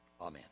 Amen